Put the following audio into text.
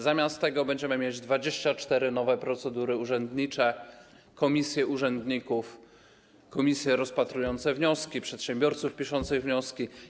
Zamiast tego będziemy mieć 24 nowe procedury urzędnicze, komisje urzędników, komisje rozpatrujące wnioski, przedsiębiorców piszących wnioski.